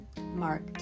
Mark